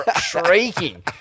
shrieking